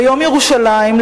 ביום ירושלים,